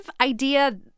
idea